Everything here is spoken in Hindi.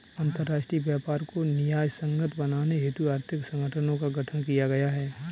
अंतरराष्ट्रीय व्यापार को न्यायसंगत बनाने हेतु आर्थिक संगठनों का गठन किया गया है